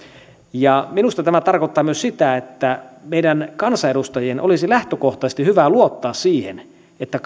minusta tämä tarkoittaa myös sitä että meidän kansanedustajien olisi lähtökohtaisesti hyvä luottaa siihen että